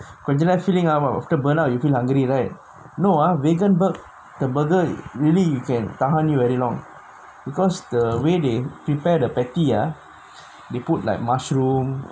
கொஞ்ச நேரோ:konja nero feeling ஆவும்:aavum after burn out you feel hungry right no ah vegan burger the burger you really you can tahan you very long because the way the prepared the patty ah they put like mushroom